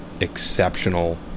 exceptional